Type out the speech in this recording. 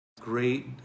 great